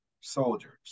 soldiers